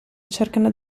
cercano